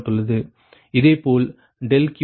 இதேபோல் ∆Q2 என்பது 1